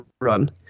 run